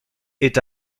est